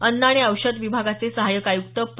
अन्न आणि औषध विभागाचे सहायक आयुक्त प्र